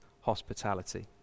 hospitality